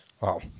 Wow